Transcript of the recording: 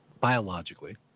biologically